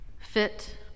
fit